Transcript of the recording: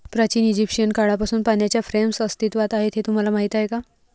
प्राचीन इजिप्शियन काळापासून पाण्याच्या फ्रेम्स अस्तित्वात आहेत हे तुम्हाला माहीत आहे का?